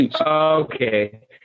Okay